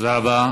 תודה רבה.